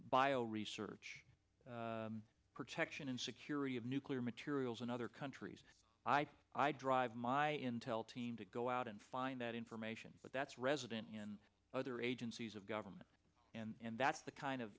bio research protection and security of nuclear materials in other countries i drive my intel team to go out and find that information but that's resident in other agencies of government and that's the kind of